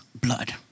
blood